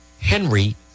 Henry